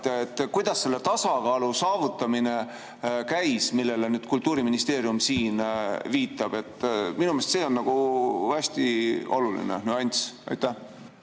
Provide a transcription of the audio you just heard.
käis selle tasakaalu saavutamine, millele Kultuuriministeerium siin viitab? Minu meelest see on hästi oluline nüanss. Suur